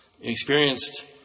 experienced